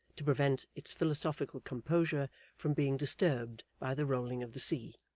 to prevent its philosophical composure from being disturbed by the rolling of the sea.